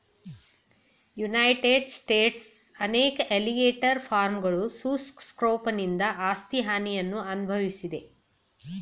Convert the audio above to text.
United ಸ್ಟೇಟ್ಸ್ನ ಅನೇಕ alligator ಫಾರ್ಮ್ಗಳು ಸುಸ್ ಸ್ಕ್ರೋಫನಿಂದ ಆಸ್ತಿ ಹಾನಿಯನ್ನು ಅನ್ಭವ್ಸಿದೆ